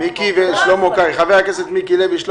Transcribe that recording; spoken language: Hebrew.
עאידה, הנושא חשוב, ואת